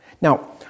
Now